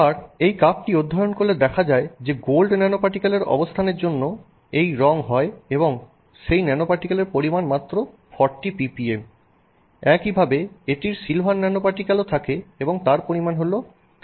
আবার এই কাপটি অধ্যয়ন করলে এটি দেখা যায় যে গোল্ড ন্যানোপার্টিকেল অবস্থানের জন্য এই রং হয় এবং সেই ন্যানোপার্টিকেলের পরিমাণ মাত্র 40 ppm একইভাবে এটির সিলভার ন্যানোপার্টিক্যালও থাকে এবং তার পরিমাণ হলো 330 ppm